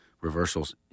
reversals